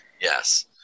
Yes